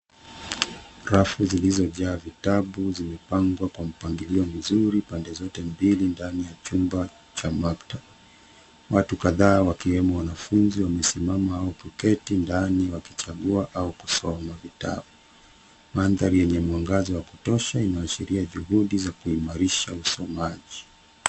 Rafu zilizojaa vitabu zimepangwa kwa mpangilio mzuri pande zote mbili ndani ya chumba cha maktaba. Watu kadhaa wakiwemo wanafunzi wamesimama au kuketi ndani wakichagua au kusoma vitabu . Mandhari yenye mwangaza wa kutosha unaashiria juhudi za kuimarisha usomaji.